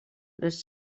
les